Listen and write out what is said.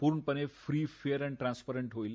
पूर्णपणे free fair and transparent होईल